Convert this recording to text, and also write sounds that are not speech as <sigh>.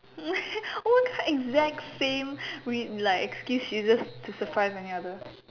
<laughs> oh it's exact same rea~ like excuse she uses to surprise any other